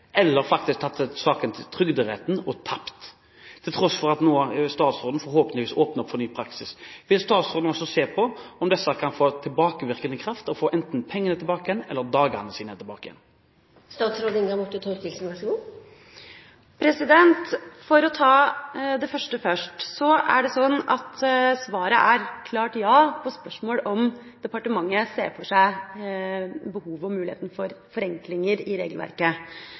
eller faktisk tatt saken til Trygderetten og tapt, til tross for at statsråden nå forhåpentligvis åpner opp for ny praksis. Vil statsråden også se på om dette kan få tilbakevirkende kraft, slik at de enten kan få pengene eller dagene sine tilbake igjen? For å ta det første først, så er svaret et klart ja på spørsmålet om departementet ser for seg behov og muligheter for forenklinger i regelverket.